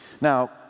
Now